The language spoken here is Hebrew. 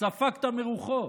ספגת מרוחו.